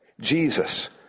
Jesus